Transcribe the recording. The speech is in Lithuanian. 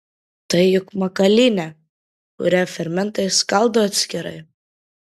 tai juk makalynė kurią fermentai skaldo atskirai